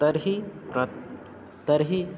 तर्हि प्रत् तर्हि